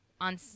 on